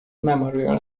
memorial